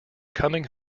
coming